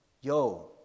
yo